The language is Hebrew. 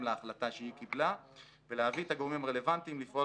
להחלטה שהיא קיבלה ולהביא את הגורמים הרלוונטיים לפעול